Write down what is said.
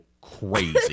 crazy